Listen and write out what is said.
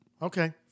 Okay